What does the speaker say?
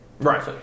Right